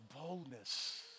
Boldness